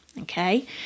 okay